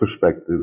perspective